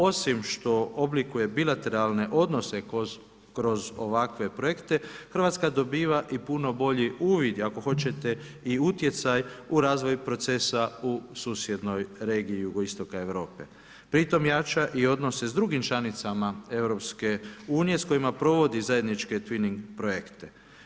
Osim što oblikuje bilateralne odnose kroz ovakve projekte, Hrvatska dobiva i puno bolji uvid i ako hoćete i utjecaj u razvoj proces u susjednoj regiji jugoistoka Europe, pri tome jača i odnose drugim članicama Europske unije s kojima provodi zajedničke twinning projekte.